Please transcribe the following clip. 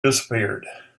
disappeared